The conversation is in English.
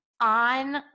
on